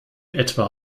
etwa